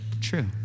true